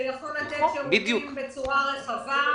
שיכול לתת שירותים בצורה רחבה.